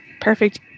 Perfect